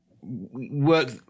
work